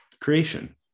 creation